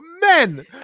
men